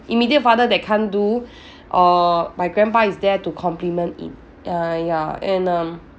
immediate father that can't do err my grandpa is there to complement in err ya and um